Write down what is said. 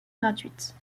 gratuite